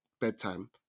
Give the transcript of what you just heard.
bedtime